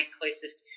closest